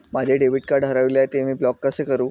माझे debit card हरविले आहे, ते मी ब्लॉक कसे करु?